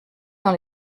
dans